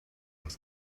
was